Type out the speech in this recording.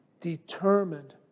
determined